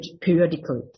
periodically